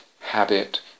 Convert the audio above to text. habit